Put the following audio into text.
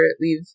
leave